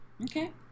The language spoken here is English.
Okay